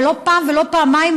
ולא פעם ולא פעמיים,